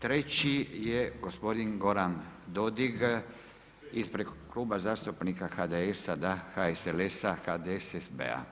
Treći je gospodin Goran Dodig ispred Kluba zastupnika HDS-a, da, HSLS, HDSSB-a.